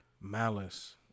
Malice